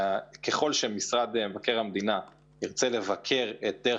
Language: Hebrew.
ככל שמשרד מבקר המדינה ירצה לבקר את דרך